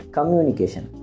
Communication